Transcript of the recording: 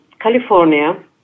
California